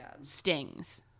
stings